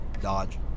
Dodge